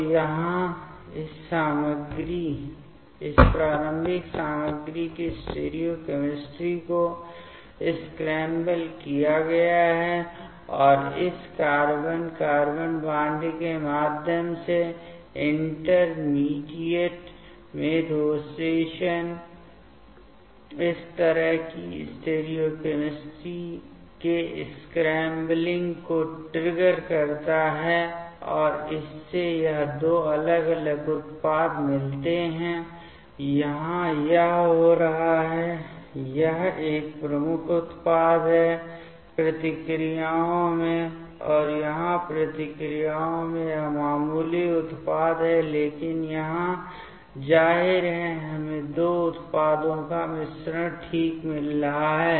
तो यहां इस प्रारंभिक सामग्री की स्ट्रीओकेमिस्ट्री को स्क्रैम्बल किया गया है और इस कार्बन कार्बन बॉन्ड के माध्यम से इंटरमीडिएट में रोटेशन इस तरह के स्टिरियोकेमेस्ट्री के स्क्रैम्बलिंग को ट्रिगर करता है और इससे यह दो अलग अलग उत्पाद मिलते हैं यहां यह हो रहा है यह एक प्रमुख उत्पाद है प्रतिक्रियाओं में और यहाँ प्रतिक्रियाओं में यह मामूली उत्पाद है लेकिन यहाँ जाहिर है हमें दो उत्पादों का मिश्रण ठीक मिल रहा है